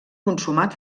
consumat